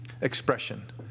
expression